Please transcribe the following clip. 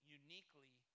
uniquely